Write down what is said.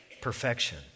Perfection